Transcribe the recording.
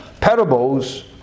parables